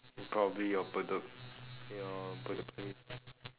probably your bedok your bedok place